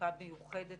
מצוקה מיוחדת